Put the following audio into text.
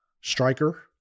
striker